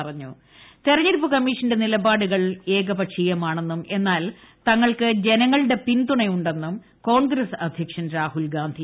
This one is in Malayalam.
രാഹുൽ ഗാന്ധി വാർത്താ സമ്മേളനം തെരഞ്ഞെടുപ്പ് കമ്മീഷന്റെ നിലപാടുകൾ ഏകപക്ഷീയമാണെന്നും എന്നാൽ തങ്ങൾക്ക് ജനങ്ങളുടെ പിന്തുണ ഉണ്ടെന്നും കോൺഗ്രസ് അധ്യക്ഷൻ രാഹുൽഗാന്ധി